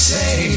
say